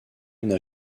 n’a